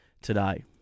today